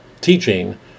teaching